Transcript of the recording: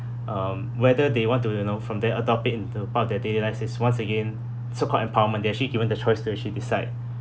um whether they want to you know from there adopt it into part of their daily lives is once again so-called empowerment they are actually given the choice to actually decide